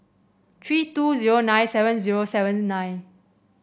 three two zero nine seven zero seven nine